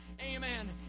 Amen